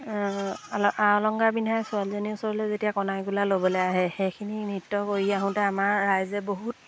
আ অলংকাৰ পিন্ধাই ছোৱালজনীৰ ওচৰলৈ যেতিয়া কইনা কোলা ল'বলৈ আহে সেইখিনি নৃত্য কৰি আহোঁতে আমাৰ ৰাইজে বহুত